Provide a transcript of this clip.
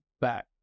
back